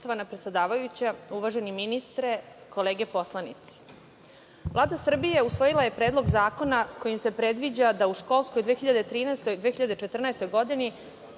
predsedavajuća, uvaženi ministre, kolege poslanici, Vlada Srbije usvojila je Predlog zakona kojim se predviđa da u školskoj 2013/2014 godini